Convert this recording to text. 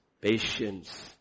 patience